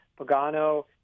Pagano